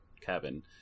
cabin